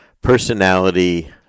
personality